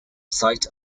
site